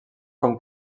com